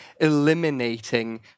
eliminating